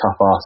tough